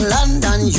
London